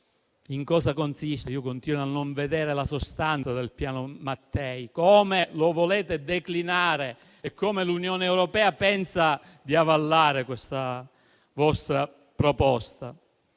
in cosa consiste? Continuo a non vederne la sostanza: come lo volete declinare e come l'Unione europea pensa di avallare questa vostra proposta?